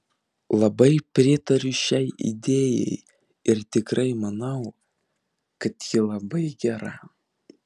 labai pritariu šiai idėjai ir tikrai manau kad ji labai gera